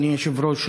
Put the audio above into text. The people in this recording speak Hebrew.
אדוני היושב-ראש,